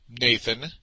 Nathan